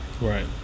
right